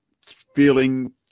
feeling